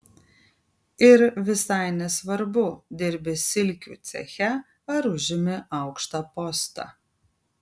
ir visai nesvarbu dirbi silkių ceche ar užimi aukštą postą